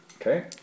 Okay